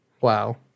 Wow